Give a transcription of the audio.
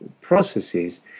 processes